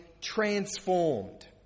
transformed